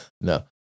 No